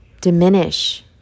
diminish